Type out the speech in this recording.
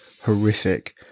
horrific